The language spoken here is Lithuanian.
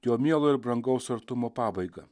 jo mielo ir brangaus artumo pabaigą